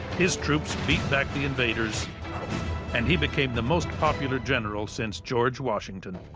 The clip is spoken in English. his troops beat back the invaders and he became the most popular general since george washington.